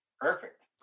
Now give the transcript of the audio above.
Perfect